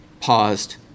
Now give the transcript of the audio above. paused